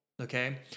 Okay